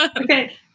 Okay